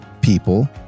people